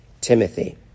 Timothy